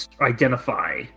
identify